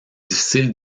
difficile